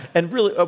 and really, ah